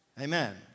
Amen